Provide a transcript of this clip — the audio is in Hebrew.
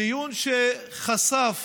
דיון שחשף